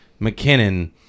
McKinnon